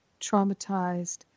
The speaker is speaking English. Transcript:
traumatized